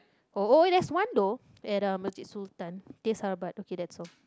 oh oh there's one though at um Bukit Sultan teh sarabat okay that's all